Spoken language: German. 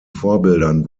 vorbildern